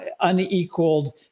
unequaled